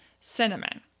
cinnamon